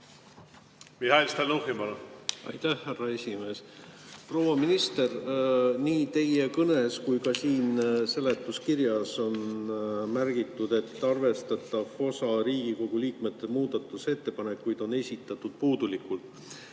puudulikkus seisneb? Aitäh, härra esimees! Proua minister! Nii teie kõnes kui ka siin seletuskirjas on märgitud, et arvestatav osa Riigikogu liikmete muudatusettepanekuid on esitatud puudulikult.